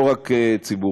ולא רק ציבוריים.